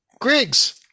Griggs